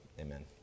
amen